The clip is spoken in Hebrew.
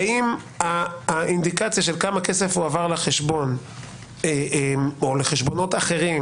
האם האינדיקציה של כמה כסף הועבר לחשבון או לחשבונות אחרים,